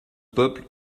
peuple